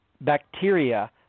bacteria